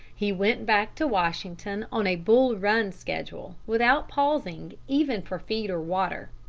he went back to washington on a bull run schedule, without pausing even for feed or water.